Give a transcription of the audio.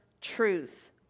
truth